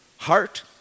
Heart